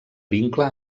vincle